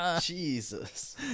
jesus